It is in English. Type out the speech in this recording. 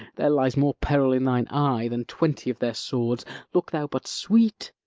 there lies more peril in thine eye than twenty of their swords look thou but sweet,